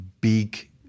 big